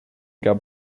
gab